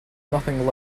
nothing